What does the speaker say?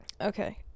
Okay